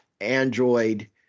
Android